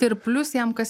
ir plius jam kas